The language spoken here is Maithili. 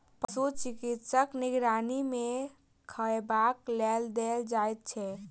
पशु चिकित्सकक निगरानी मे खयबाक लेल देल जाइत छै